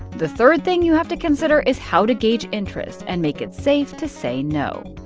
the third thing you have to consider is how to gauge interest, and make it safe to say no.